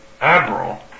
admiral